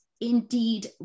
indeed